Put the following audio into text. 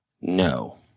No